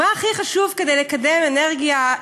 מה הכי חשוב כדי לקדם אנרגיה,